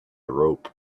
rope